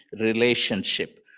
relationship